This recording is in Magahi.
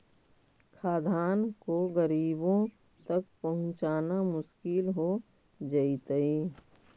खाद्यान्न को गरीबों तक पहुंचाना मुश्किल हो जइतइ